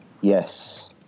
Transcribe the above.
Yes